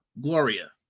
Gloria